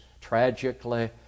tragically